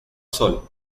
sol